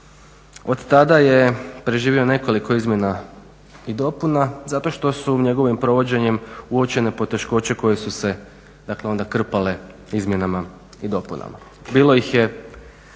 Od tada je preživio nekoliko izmjena i dopuna zato što su njegovim provođenjem uočene poteškoće koje su se, dakle onda krpale izmjenama i dopunama. Bilo ih je,